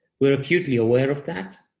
we are acutely aware of that.